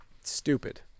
Stupid